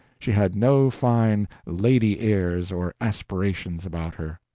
she had no fine lady airs or aspirations about her.